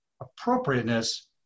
appropriateness